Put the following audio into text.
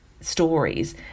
stories